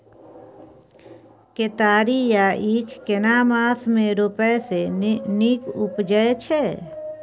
केतारी या ईख केना मास में रोपय से नीक उपजय छै?